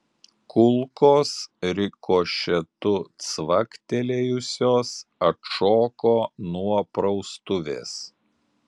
kulkos rikošetu cvaktelėjusios atšoko nuo praustuvės